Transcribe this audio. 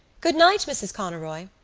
good-night, mrs. conroy.